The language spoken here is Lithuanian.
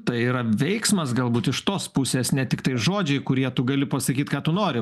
tai yra veiksmas galbūt iš tos pusės ne tiktai žodžiai kurie tu gali pasakyti ką tu nori